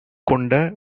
கொண்ட